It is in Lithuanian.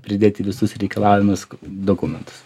pridėti visus reikalaujamus dokumentus